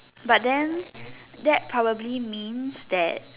but then that probably means that